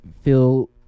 feel